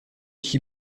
qui